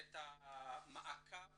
את המעקב